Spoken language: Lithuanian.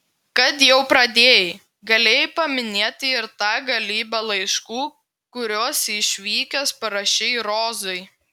kad jau pradėjai galėjai paminėti ir tą galybę laiškų kuriuos išvykęs parašei rozai